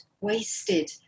wasted